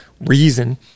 reason